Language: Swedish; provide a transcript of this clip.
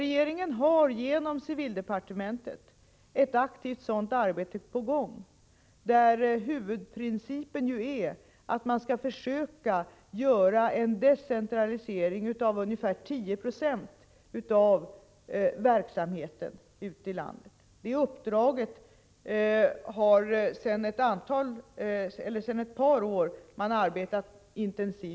Regeringen har, med hjälp av civildepartementet, redan aktivt påbörjat ett sådant arbete. Huvudprincipen är att försöka decentralisera ungefär 10 90 av verksamheten ute i landet. Sedan ett par år tillbaka arbetar man intensivt med anledning av detta uppdrag.